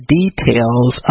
details